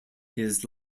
his